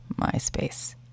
MySpace